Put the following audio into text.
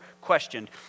questioned